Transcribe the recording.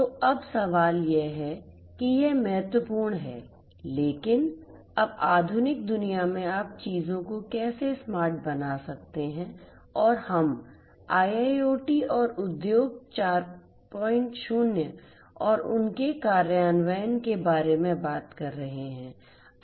तो अब सवाल यह है कि यह महत्वपूर्ण है लेकिन अब आधुनिक दुनिया में आप चीजों को कैसे स्मार्ट बना सकते हैं और अब हम IIoT और उद्योग 40 और उनके कार्यान्वयन के बारे में बात कर रहे हैं